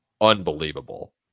unbelievable